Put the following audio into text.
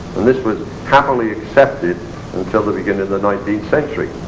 and this was happily accepted until the beginning of the nineteenth century.